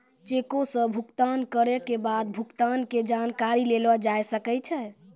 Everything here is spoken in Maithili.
चेको से भुगतान करै के बाद भुगतान के जानकारी लेलो जाय सकै छै